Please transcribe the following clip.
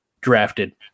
drafted